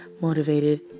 motivated